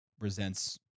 resents